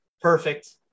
perfect